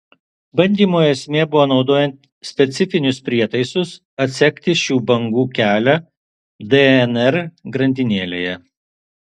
bandymo esmė buvo naudojant specifinius prietaisus atsekti šių bangų kelią dnr grandinėlėje